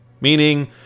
Meaning